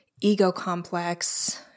ego-complex